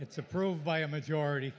it's approved by a majority